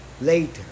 later